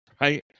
right